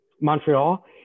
Montreal